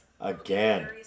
Again